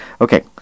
Okay